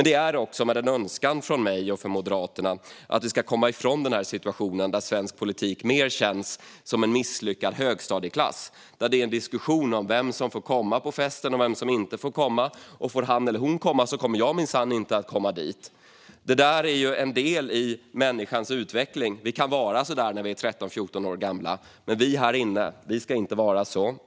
Det är också en önskan från mig och Moderaterna att vi ska komma ifrån en situation där svensk politik känns som en misslyckad högstadieklass, där det är en diskussion om vem som får komma på festen och vem som inte får komma och får han eller hon komma så kommer minsann inte jag. Detta är en del i människans utveckling. Vi kan vara så när vi är 13-14 år gamla, men vi här inne ska inte vara så.